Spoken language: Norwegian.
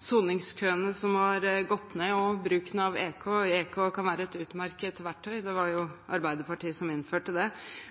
soningskøene som har gått ned, og bruk av elektronisk kontroll. Elektronisk kontroll kan være et utmerket verktøy. Det var Arbeiderpartiet som innførte det,